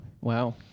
wow